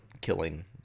killing